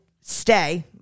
stay